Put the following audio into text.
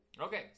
Okay